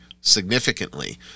significantly